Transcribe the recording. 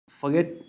forget